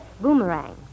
Boomerang